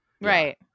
right